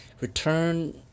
return